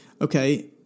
okay